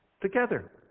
together